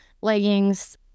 leggings